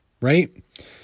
right